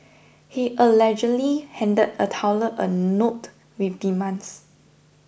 he allegedly handed a teller a note with demands